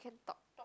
can talk